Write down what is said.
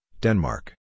Denmark